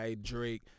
Drake